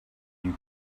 you